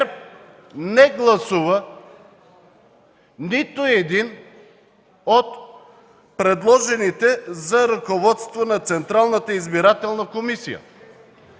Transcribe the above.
не гласува нито един от предложените за ръководство на Централната избирателна комисия.